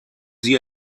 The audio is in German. sie